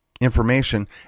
information